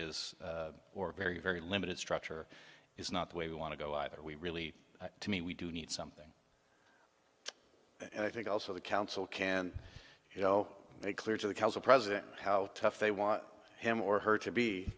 is or very very limited structure is not the way we want to go either we really mean we do need something and i think also the council can you know they clearly tells the president how tough they want him or her to be